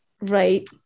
Right